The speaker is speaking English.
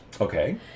Okay